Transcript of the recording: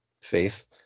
face